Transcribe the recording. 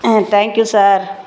ah thank you sir